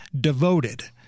devoted